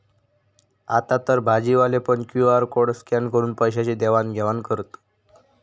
आतातर भाजीवाले पण क्यु.आर कोड स्कॅन करून पैशाची देवाण घेवाण करतत